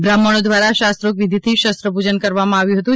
બ્રાહ્મણો દ્વારા શાસ્ત્રોક વિધીથી શસ્ત્રપુજન કરાવામાં આવ્યું હતું